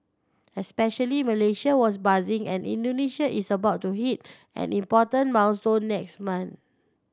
especially Malaysia was buzzing and Indonesia is about to hit an important milestone next month